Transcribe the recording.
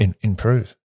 improve